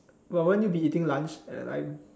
but won't you be eating lunch at the time